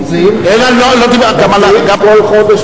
אני מזכיר לך שהאחים עופר מוציאים בכל חודש משכורת,